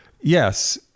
Yes